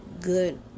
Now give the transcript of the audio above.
good